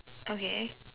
okay